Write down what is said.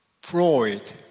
Freud